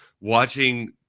watching